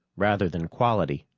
rather than quality.